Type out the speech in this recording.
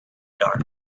dark